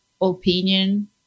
opinion